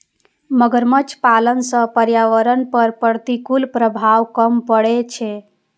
मगरमच्छ पालन सं पर्यावरण पर प्रतिकूल प्रभाव कम पड़ै छै